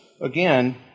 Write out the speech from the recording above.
again